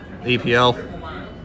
EPL